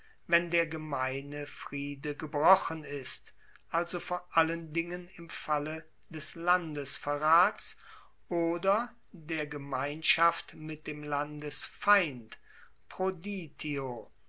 wenn der gemeine friede gebrochen ist also vor allen dingen im falle des landesverrats oder der gemeinschaft mit dem